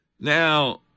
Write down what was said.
Now